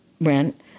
rent